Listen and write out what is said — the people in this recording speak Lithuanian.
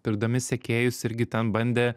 pirkdami sekėjus irgi ten bandė